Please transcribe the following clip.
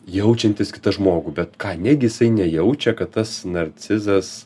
jaučiantis kitą žmogų bet ką negi jisai nejaučia kad tas narcizas